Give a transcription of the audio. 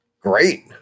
great